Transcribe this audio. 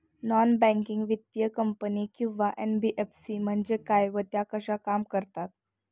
Non banking वित्तीय company किंवा NBFC म्हणजे काय व त्या कशा काम करतात?